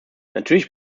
natürlich